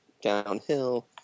downhill